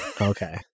Okay